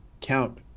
count